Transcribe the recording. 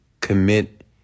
commit